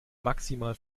maximal